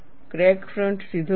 crack front સીધો નથી